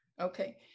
Okay